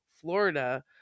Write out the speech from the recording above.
florida